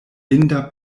inda